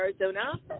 arizona